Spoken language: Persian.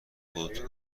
خودتو